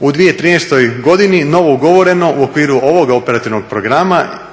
U 2013.godini novougovoreno u okviru ovog operativnog programa